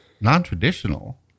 non-traditional